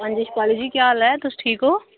हांजी शिपाली जी केह् हाल ऐ तुस ठीक ओ